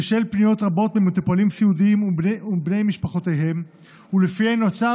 בשל פניות רבות ממטופלים סיעודיים ומבני משפחותיהם שלפיהן נוצר